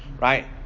Right